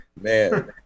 Man